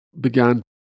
began